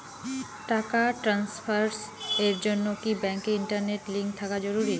টাকা ট্রানস্ফারস এর জন্য কি ব্যাংকে ইন্টারনেট লিংঙ্ক থাকা জরুরি?